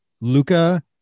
Luca